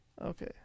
Okay